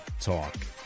Talk